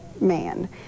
man